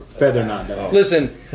Listen